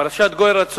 ברוב של חמישה,